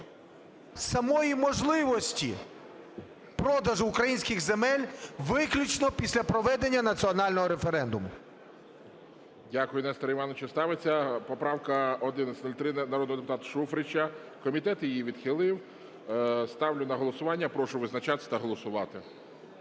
самої можливості продажу українських земель виключно після проведення національного референдуму.